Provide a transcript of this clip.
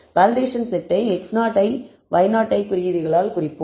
validation செட்டை x0i y0i குறியீடுகளால் குறிப்போம்